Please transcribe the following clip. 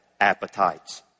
appetites